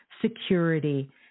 security